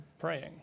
praying